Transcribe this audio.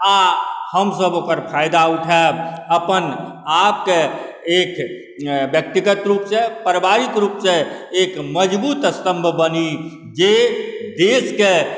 आओर हमसब ओकर फायदा उठाएब अपन आपके एक व्यक्तिगत रूपसँ पारिवारिक रूपसँ एक मजबूत स्तम्भ बनी जे देशके